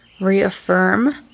reaffirm